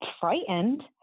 frightened